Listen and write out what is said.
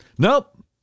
Nope